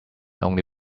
only